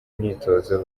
imyitozo